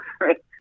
Right